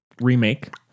remake